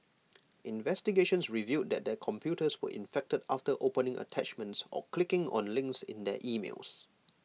investigations revealed that their computers were infected after opening attachments or clicking on links in their emails